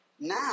now